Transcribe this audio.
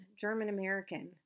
German-American